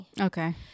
Okay